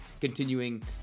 continuing